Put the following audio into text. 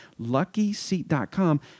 LuckySeat.com